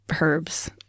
herbs